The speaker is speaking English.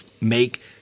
make